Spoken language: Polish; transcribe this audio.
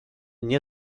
nie